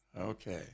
Okay